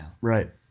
Right